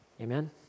Amen